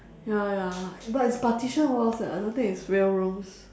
ya ya but it's partition walls eh I don't think it's real rooms